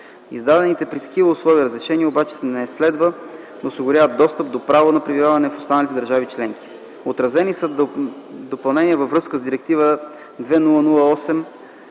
Издадените при такива условия разрешения обаче не следва да осигуряват достъп до право на пребиваване в останалите държави членки. Отразени са допълнения във връзка с Директива